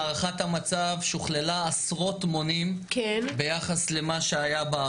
הערכת המצב שוכללה עשרות מונים ביחס למה שהיה בעבר.